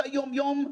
מדב חנין